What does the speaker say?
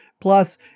Plus